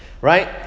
right